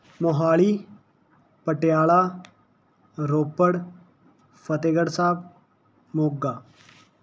Mohali Patiala Ropar Fatehgarh Sahib Moga